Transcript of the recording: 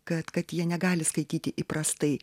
kad kad jie negali skaityti įprastai